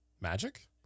Magic